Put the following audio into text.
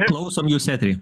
klausom jūs etery